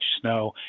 snow